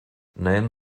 nejen